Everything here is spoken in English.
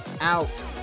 out